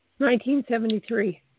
1973